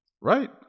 Right